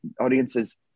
audiences